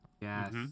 Yes